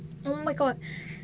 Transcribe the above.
oh my god